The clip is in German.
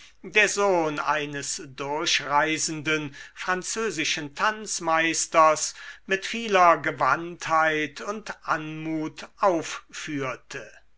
der sohn eines durchreisenden französischen tanzmeisters mit vieler gewandtheit und anmut aufführte